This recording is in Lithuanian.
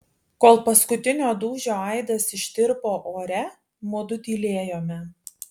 kol paskutinio dūžio aidas ištirpo ore mudu tylėjome